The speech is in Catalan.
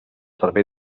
servei